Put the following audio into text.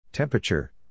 Temperature